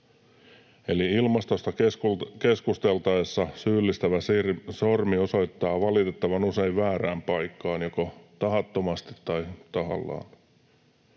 Eli ilmastosta keskusteltaessa syyllistävä sormi osoittaa valitettavan usein väärään paikkaan joko tahattomasti tai tahallaan.